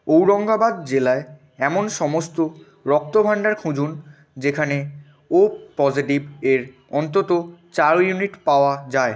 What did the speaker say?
ঔরঙ্গাবাদ জেলায় এমন সমস্ত রক্তভাণ্ডার খুঁজুন যেখানে ও পজিটিভ এর অন্তত চার ইউনিট পাওয়া যায়